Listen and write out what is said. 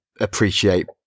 appreciate